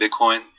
Bitcoin